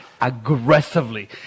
aggressively